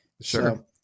Sure